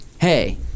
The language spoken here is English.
hey